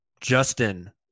Justin